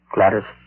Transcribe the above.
Gladys